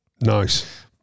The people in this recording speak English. Nice